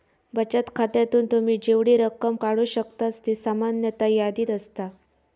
बचत खात्यातून तुम्ही जेवढी रक्कम काढू शकतास ती सामान्यतः यादीत असता